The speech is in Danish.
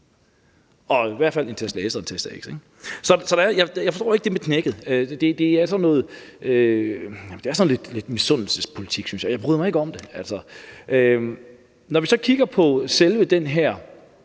Og i hvert fald en Tesla S og en Tesla X, ikke? Så jeg forstår ikke det med knækket. Det er sådan lidt misundelsespolitik, synes jeg. Jeg bryder mig ikke om det. Når vi så kigger på selve den